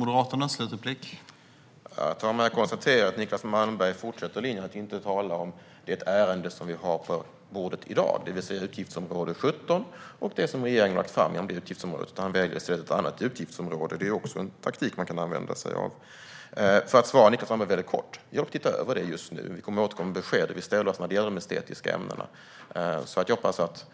Herr talman! Jag konstaterar att Niclas Malmberg fortsätter linjen att inte tala om det ärende som vi har på bordet i dag, det vill säga utgiftsområde 17 och de förslag som regeringen har lagt fram inom det utgiftsområdet. Han väljer i stället ett annat utgiftsområde. Det är också en taktik man kan använda sig av. Jag ska svara Niclas Malmberg kort. Vi tittar över frågan just nu. Vi kommer att återkomma med besked om hur vi ställer oss i fråga om de estetiska ämnena. Jag hoppas att